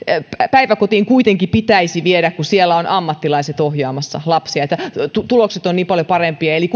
päiväkotiin kuitenkin pitäisi viedä kun siellä on ammattilaiset ohjaamassa lapsia ja tulokset ovat niin paljon parempia eli